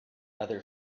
other